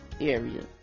area